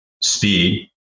speed